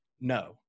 No